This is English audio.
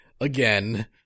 again